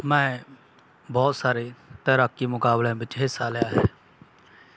ਮੈਂ ਬਹੁਤ ਸਾਰੇ ਤੈਰਾਕੀ ਮੁਕਾਬਲਿਆਂ ਵਿੱਚ ਹਿੱਸਾ ਲਿਆ ਹੈ